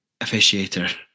officiator